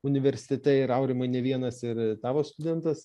universitete ir aurimai ne vienas ir tavo studentas